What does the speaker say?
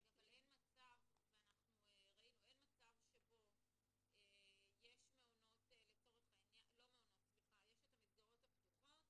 אבל אין מצב שבו יש את המסגרות הפתוחות,